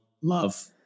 love